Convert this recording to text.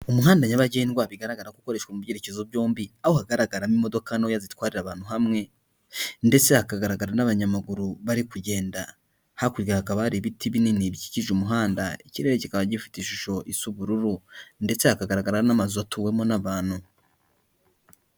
Umuhanda nyabagendwa, bigaragara ko ukoreshwa mu byerekezo byombi, aho hagaragaramo imodoka ntoya zitwarira abantu hamwe ndetse hakagaragara n'abanyamaguru bari kugenda, hakurya hakaba hari ibiti binini bikikije umuhanda, ikirere kikaba gifite ishusho isa ubururu ndetse hakagaragara n'amazu atuwemo n'abantu.